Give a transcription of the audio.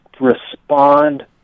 respond